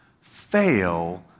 fail